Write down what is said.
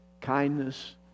Kindness